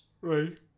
Right